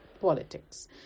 politics